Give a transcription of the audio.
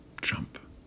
Trump